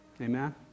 Amen